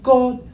God